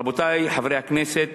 רבותי חברי הכנסת,